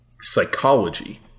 psychology